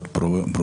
הכלא הוא עונש,